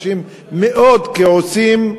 אנשים מאוד כעוסים.